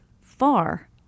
far